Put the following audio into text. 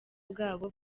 bwabo